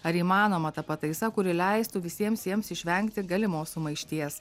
ar įmanoma ta pataisa kuri leistų visiems jiems išvengti galimos sumaišties